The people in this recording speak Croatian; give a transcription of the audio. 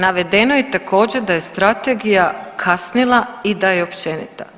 Navedeno je također da je strategija kasnija i da je općenita.